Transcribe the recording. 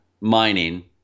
mining